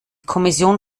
kommission